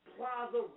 Plaza